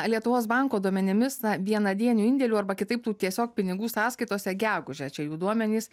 lietuvos banko duomenimis na vienadienių indėlių arba kitaip tų tiesiog pinigų sąskaitose gegužę čia jų duomenys